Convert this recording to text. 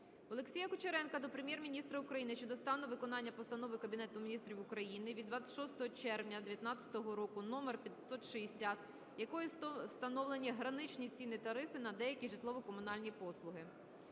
Олексія Кучеренка до Прем'єр-міністра України щодо стану виконання Постанови Кабінету Міністрів України від 26 червня 19-го року № 560, якою встановлені граничні ціни/тарифи на деякі житлово-комунальні послуги.